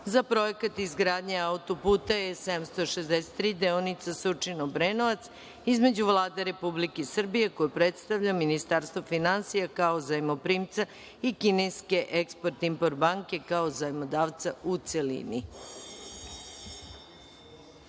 za Projekat izgradnje autoputa E-763 deonica Surčin – Obrenovac, između Vlade Republike Srbije, koje predstavlja Ministarstvo finansija, kao Zajmoprimca i Kineske Eksport-import banke, kao Zajmodavca u